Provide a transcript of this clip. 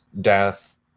death